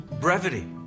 Brevity